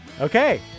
Okay